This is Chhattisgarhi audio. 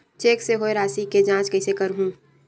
चेक से होए राशि के जांच कइसे करहु?